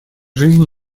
жизнь